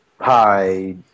Hi